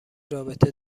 رابطه